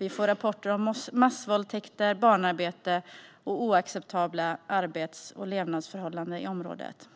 Vi får rapporter om massvåldtäkter, barnarbete och oacceptabla arbets och levnadsförhållanden i området.